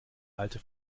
alte